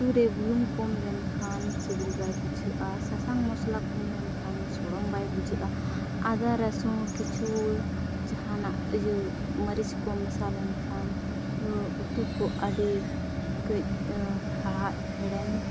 ᱩᱛᱩᱨᱮ ᱵᱩᱞᱩᱝ ᱠᱚᱢᱞᱮᱱ ᱠᱷᱟᱱ ᱥᱤᱵᱤᱞ ᱵᱟᱭ ᱵᱩᱡᱷᱟᱹᱜᱼᱟ ᱥᱟᱥᱟᱝ ᱢᱤᱥᱞᱟ ᱠᱚᱢᱞᱮᱱ ᱠᱷᱟᱱ ᱥᱚᱲᱚᱢ ᱵᱟᱭ ᱵᱩᱡᱷᱟᱹᱜᱼᱟ ᱟᱫᱟᱼᱨᱟᱹᱥᱩᱱ ᱠᱤᱪᱷᱩ ᱡᱟᱦᱟᱱᱟᱜ ᱤᱭᱟᱹ ᱢᱟᱹᱨᱤᱪᱠᱚ ᱢᱮᱥᱟᱞᱮᱱ ᱠᱷᱟᱱ ᱩᱛᱩᱠᱚ ᱟᱹᱰᱤ ᱠᱟᱹᱡ ᱦᱟᱲᱦᱟᱫ ᱦᱮᱲᱮᱢ